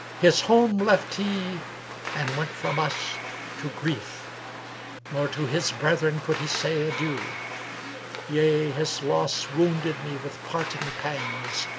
his home left he and went from us to grief nor to his brethren could he say adieu yea, his loss wounded me with parting pangs,